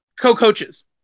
co-coaches